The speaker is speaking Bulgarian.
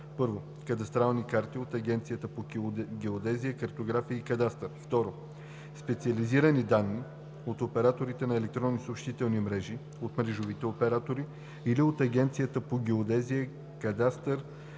1. кадастрални данни – от Агенцията по геодезия, картография и кадастър; 2. специализирани данни – от операторите на електронни съобщителни мрежи, от мрежовите оператори или от Агенцията по геодезия,